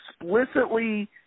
explicitly